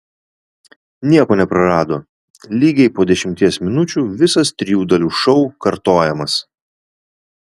nieko neprarado lygiai po dešimties minučių visas trijų dalių šou kartojamas